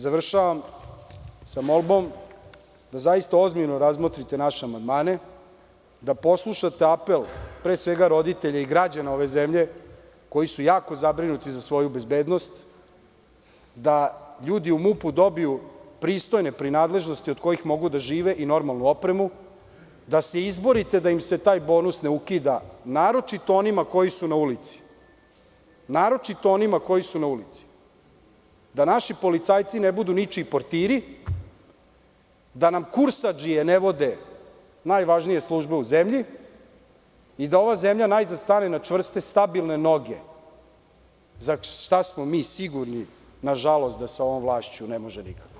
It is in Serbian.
Završavam sa molbom da zaista ozbiljno razmotrite naše amandmane, da poslušate apel, pre svega roditelja i građana ove zemlje koji su jako zabrinuti za svoju bezbednost, da ljudi u MUP dobiju pristojne prinadležnosti od kojih mogu da žive, kao i normalnu opremu, da se izborite da im se taj bonus ne ukida, naročito onima koji su na ulici, da naši policajci ne budu ničiji portiri, da nam kursadžije ne vode najvažnije službe u zemlji i da ova zemlja najzad stane na čvrste i stabilne noge, za šta smo mi sigurno, nažalost, da sa ovom vlašću ne može nikako.